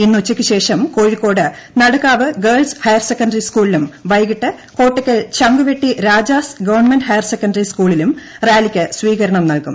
ഇന്ന് ഉച്ചയ്ക്ക് ശേഷം Kozhikode Nadakkavu girls higher secondary സകുളിലും കോട്ടക്കൽ വൈകീട്ട് Changuvetty Rajas government higher സെക്കൻഡറിസ്കൂളിലും റാലിക്ക് സ്വീകരണം നൽകും